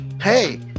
Hey